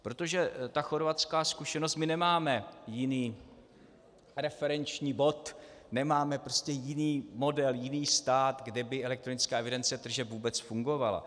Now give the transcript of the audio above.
Protože ta chorvatská zkušenost my nemáme jiný referenční bod, nemáme prostě jiný model, jiný stát, kde by elektronická evidence tržeb vůbec fungovala.